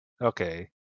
Okay